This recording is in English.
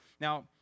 Now